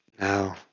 no